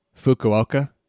Fukuoka